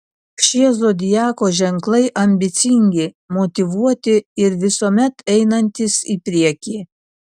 šie zodiako ženklai ambicingi motyvuoti ir visuomet einantys į priekį